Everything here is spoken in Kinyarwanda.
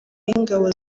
y’ingabo